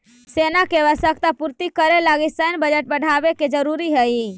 सेना के आवश्यकता पूर्ति करे लगी सैन्य बजट बढ़ावे के जरूरी हई